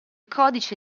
codice